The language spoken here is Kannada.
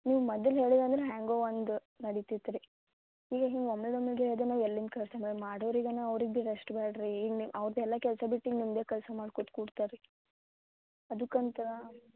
ನೀವು ಮೊದ್ಲು ಹೇಳಿರಿ ಅಂದ್ರೆ ಹೆಂಗೋ ಒಂದು ನಡೀತಿತ್ತು ರೀ ಈಗ ಹಿಂಗೆ ಒಮ್ಮೆಲೆ ಒಮ್ಮೆಗೆ ಅದನ್ನ ಎಲ್ಲಿಂದ ಕಳ್ಸೋಣ ಮಾಡೋರಿಗುನು ಅವ್ರಿಗು ಬಿ ರೆಸ್ಟ್ ಬ್ಯಾಡ ರಿ ಇನ್ನು ಅವ್ರ್ದು ಎಲ್ಲ ಕೆಲಸ ಬಿಟ್ಟು ಈಗ ನಿಮ್ಮದೆ ಕೆಲಸ ಮಾಡಿ ಕೂಡ ಕೂಡ್ತಾರಾ ರೀ ಅದುಕ್ಕಂತಾ